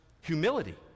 humility